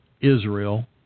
Israel